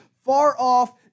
far-off